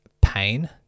pain